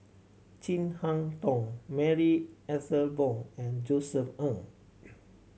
Chin Harn Tong Marie Ethel Bong and Josef Ng